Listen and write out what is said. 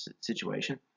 situation